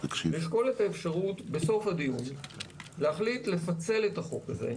לשקול את האפשרות בסוף הדיון להחליט לפצל את החוק הזה,